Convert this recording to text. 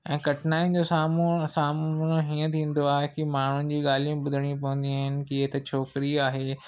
ऐं कठिनायुनि जे साम्हूं सामनो हीअं थींदो आहे की माण्हुनि जी ॻाल्हियूं ॿुधणियूं पवंदियूं आहिनि की हीअ त छोकिरी आहे